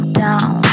down